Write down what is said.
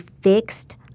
fixed